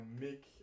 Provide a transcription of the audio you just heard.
make